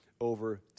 over